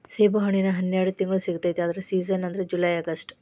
ಸೇಬುಹಣ್ಣಿನ ಹನ್ಯಾಡ ತಿಂಗ್ಳು ಸಿಗತೈತಿ ಆದ್ರ ಸೇಜನ್ ಅಂದ್ರ ಜುಲೈ ಅಗಸ್ಟ